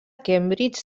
cambridge